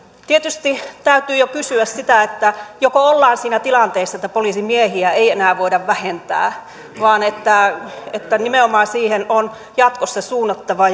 tietysti täytyy jo kysyä sitä että joko ollaan siinä tilanteessa että poliisimiehiä ei enää voida vähentää vaan että että nimenomaan siihen on jatkossa suunnattava